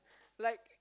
like